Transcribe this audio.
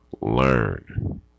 learn